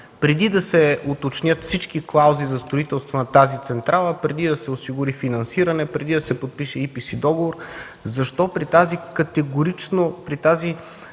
преди да се уточнят всички клаузи за строителството на тази централа, преди да се осигури финансирането, преди да се подпише ЕРС-договор, защо при това категорично